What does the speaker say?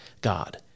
God